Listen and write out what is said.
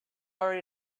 already